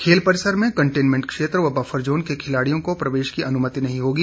खेल परिसर में कंटेनमेंट क्षेत्र व बफर जोन के खिलाड़ियों को प्रवेश की अनुमति नहीं होगी